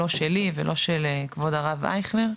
לא שלי ולא של הרב אייכלר,